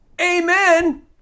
amen